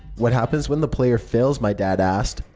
what happens when the player fails? my dad asked.